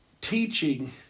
teaching